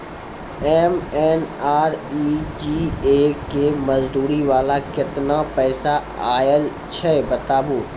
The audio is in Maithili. एम.एन.आर.ई.जी.ए के मज़दूरी वाला केतना पैसा आयल छै बताबू?